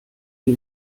die